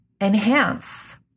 enhance